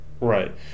Right